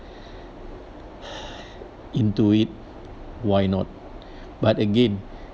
into it why not